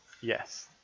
Yes